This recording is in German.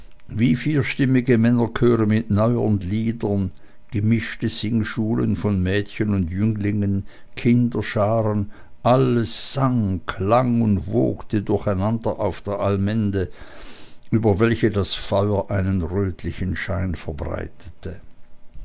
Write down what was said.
wie vierstimmige männerchöre mit neuen liedern gemischte singschulen von mädchen und jünglingen kinderscharen alles sang klang und wogte durcheinander auf der allmende über welche das feuer einen rötlichen schein verbreitete